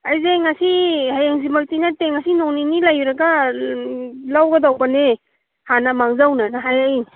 ꯑꯩꯁꯦ ꯉꯁꯤ ꯍꯌꯦꯡꯁꯤꯃꯛꯇꯤ ꯅꯠꯇꯦ ꯉꯁꯤ ꯅꯣꯡ ꯅꯤꯅꯤ ꯂꯩꯔꯒ ꯂꯧꯒꯗꯧꯕꯅꯦ ꯍꯥꯟꯅ ꯃꯥꯡꯖꯧꯅꯅ ꯍꯥꯏꯔꯛꯏꯅꯦ